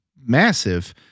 massive